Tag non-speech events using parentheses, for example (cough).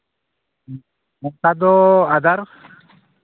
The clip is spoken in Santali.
(unintelligible) ᱫᱚ ᱟᱫᱟᱨ